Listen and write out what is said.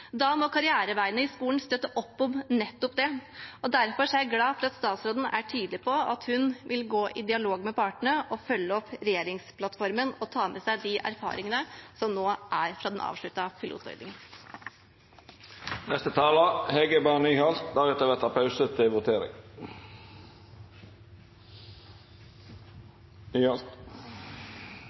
Da må karriereveiene i skolen støtte opp om nettopp det, og derfor er jeg glad for at statsråden er tydelig på at hun vil gå i dialog med partene, følge opp regjeringsplattformen og ta med seg de erfaringene som nå er fra den